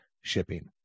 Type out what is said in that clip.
shipping